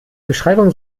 beschreibung